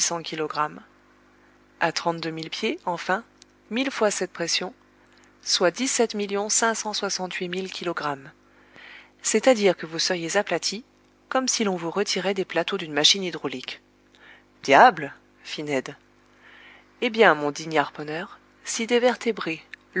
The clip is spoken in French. kilogrammes à trente-deux mille pieds enfin mille fois cette pression soit dix-sept millions cinq cent soixante-huit mille kilogrammes c'est-à-dire que vous seriez aplati comme si l'on vous retirait des plateaux d'une machine hydraulique diable fit ned eh bien mon digne harponneur si des vertébrés